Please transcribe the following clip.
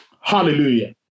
Hallelujah